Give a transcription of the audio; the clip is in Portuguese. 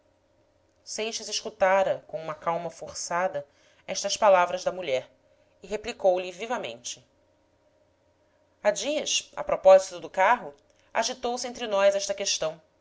inteira seixas escutara com uma calma forçada estas palavras da mulher e replicou lhe vivamente há dias a propósito do carro agitou-se entre nós esta questão